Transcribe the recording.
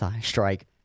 strike